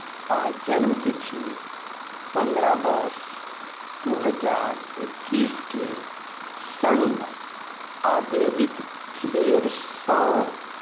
आ जन्मतिथि पन्द्रह दस दू हजार एकैसके सङ्ग आवेदित फेरसँ